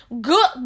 good